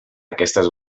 aquestes